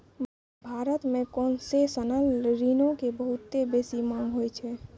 भारत मे कोन्सेसनल ऋणो के बहुते बेसी मांग होय छै